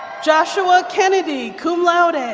joshua kennedy, cum laude. and